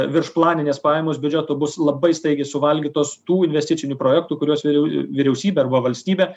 viršplaninės pajamos biudžeto bus labai staigiai suvalgytos tų investicinių projektų kuriuos vėliau vyriausybė arba valstybė